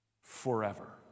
forever